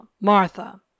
Martha